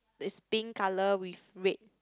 is pink color with red